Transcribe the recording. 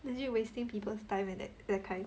legit wasting people's time leh that that kind